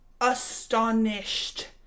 astonished